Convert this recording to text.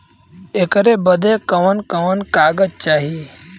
ऐकर बदे कवन कवन कागज चाही?